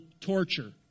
torture